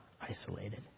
isolated